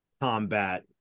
combat